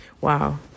Wow